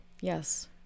Yes